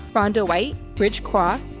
rhonda white, rich kwok,